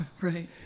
Right